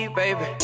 baby